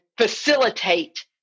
facilitate